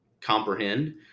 comprehend